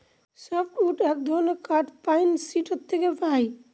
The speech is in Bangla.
সফ্ট উড এক ধরনের কাঠ পাইন, সিডর থেকে পাই